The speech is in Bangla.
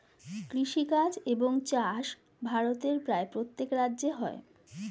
কৃষিকাজ এবং চাষ ভারতের প্রায় প্রত্যেক রাজ্যে হয়